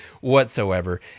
whatsoever